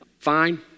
Fine